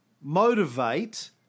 motivate